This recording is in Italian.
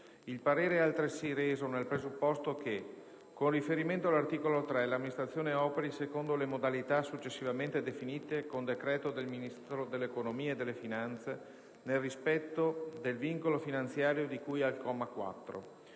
Il parere è altresì reso nel presupposto che: con riferimento all'articolo 3, l'amministrazione operi secondo le modalità successivamente definite con decreto del Ministro dell'economia e delle finanze nel rispetto del vincolo finanziario di cui al comma 4;